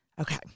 Okay